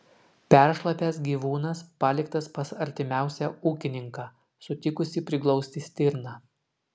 peršlapęs gyvūnas paliktas pas artimiausią ūkininką sutikusį priglausti stirną